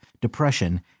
depression